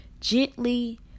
gently